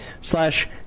slash